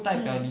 mm